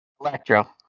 Electro